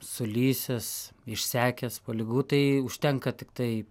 sulysęs išsekęs po ligų tai užtenka tiktai